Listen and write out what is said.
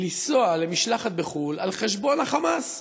לנסוע במשלחת לחו"ל על חשבון ה"חמאס",